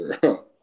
girl